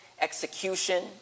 execution